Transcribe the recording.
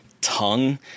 tongue